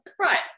right